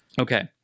Okay